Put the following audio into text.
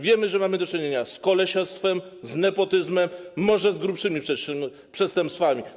Wiemy, że mamy do czynienia z kolesiostwem, z nepotyzmem, może z grubszymi przestępstwami.